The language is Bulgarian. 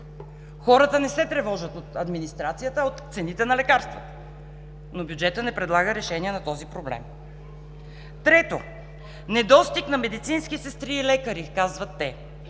Хората не се тревожат от администрацията, а от цените на лекарствата. Но бюджетът не предлага решение на този проблем. Трето – „Недостиг на медицински сестри и лекари“ – казват те.